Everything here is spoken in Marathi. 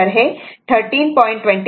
तर हे 13